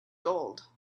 gold